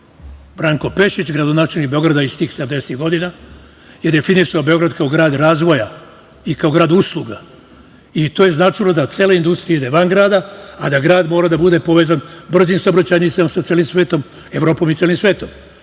Branko Pešić, gradonačelnik Beograda iz tih 70-ih godina, definisao je Beograd kao grad razvoja i kao grad usluga i to je značilo da cela industrija ide van grada, a da grad mora da bude povezan brzim saobraćajnicama sa Evropom i celim svetom.